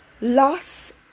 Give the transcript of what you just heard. loss